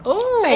oh